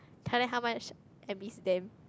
tell them how much I miss them